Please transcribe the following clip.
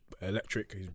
electric